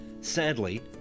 Sadly